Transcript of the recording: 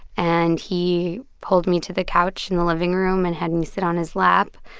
and he pulled me to the couch in the living room and had me sit on his lap.